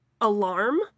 Alarm